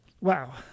Wow